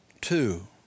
two